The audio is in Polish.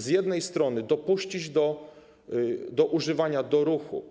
Z jednej strony chodzi o to, żeby dopuścić do używania, do ruchu